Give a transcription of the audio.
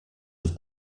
have